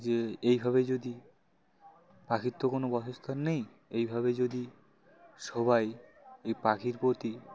যে এইভাবে যদি পাখির তো কোনো বাসস্থান নেই এইভাবে যদি সবাই এই পাখির প্রতি